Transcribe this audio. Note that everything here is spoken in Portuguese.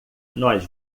nós